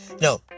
No